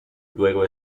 luego